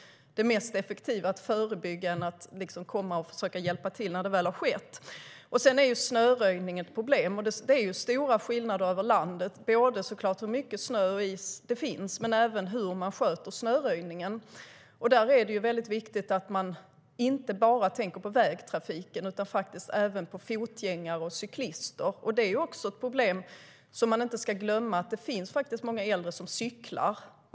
Det är effektivare att förebygga än att komma och försöka hjälpa till när olyckan väl har skett. Sedan är snöröjningen ett problem. Det finns såklart stora skillnader över landet i hur mycket snö och is det finns, men det finns även skillnader i hur man sköter snöröjningen. Det är väldigt viktigt att man tänker inte bara på vägtrafiken utan även på fotgängare och cyklister. Man ska inte glömma att det faktiskt finns många äldre som cyklar.